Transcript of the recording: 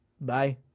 Bye